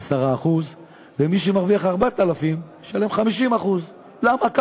10% ומי שמרוויח 4,000 ישלם 50%. למה?